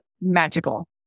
magical